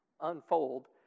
unfold